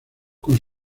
con